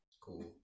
cool